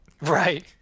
Right